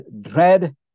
dread